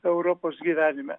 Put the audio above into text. europos gyvenime